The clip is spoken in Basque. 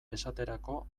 esterako